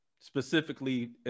specifically